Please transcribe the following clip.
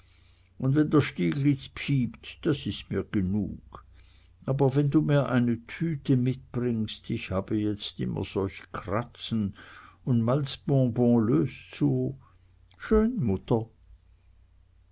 und wenn der stieglitz piept das is mir genug aber wenn du mir eine tüte mitbringst ich habe jetzt immer solch kratzen und malzbonbon löst so schön mutter